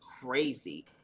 crazy